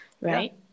right